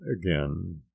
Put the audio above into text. again